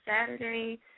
Saturday